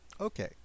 Okay